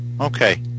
okay